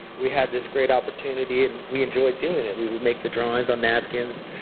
we had this great opportunity, and we enjoyed doing it. we would make the drawings on napkins.